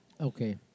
Okay